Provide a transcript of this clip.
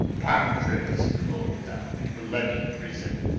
pomfret! o thou bloody prison,